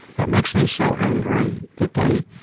that makes me so angry that they.